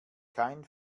kein